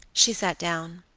she sat down.